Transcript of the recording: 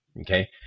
Okay